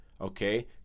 Okay